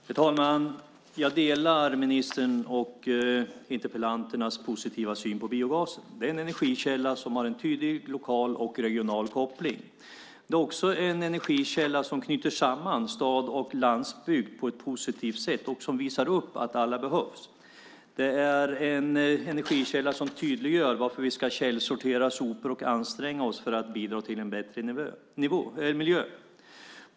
Herr talman! Jag delar ministerns och interpellanternas positiva syn på biogasen. Det är en energikälla som har en tydlig lokal och regional koppling. Det är också en energikälla som knyter samman stad och landsbygd på ett positivt sätt och som visar att alla behövs. Det är en energikälla som tydliggör varför vi ska källsortera sopor och anstränga oss för att bidra till en bättre miljö.